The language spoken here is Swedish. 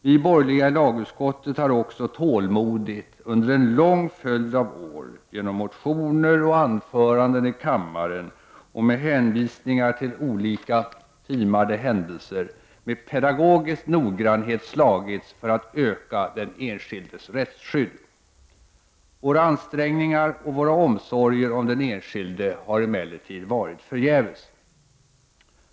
Vi borgerliga i lagutskottet har också tålmodigt under en lång följd av år genom motioner och anföranden i kammaren och med hänvisningar till olika timade händelser med pedantisk noggrannhet slagits för att öka den enskildes rättsskydd. Våra ansträngningar och våra omsorger om den enskilde har emellertid varit förgäves.